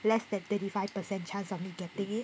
less than twenty five percent chance of me getting it